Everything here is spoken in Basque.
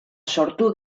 sortu